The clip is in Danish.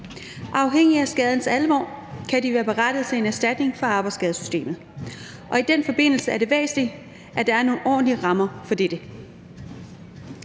Afhængigt af skadens alvor kan de være berettiget til en erstatning fra arbejdsskadesystemet, og i den forbindelse er det væsentligt, at der er nogle ordentlige rammer for dette.